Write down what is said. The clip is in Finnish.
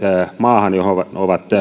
maahan johon ovat